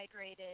hydrated